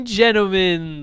gentlemen